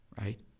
right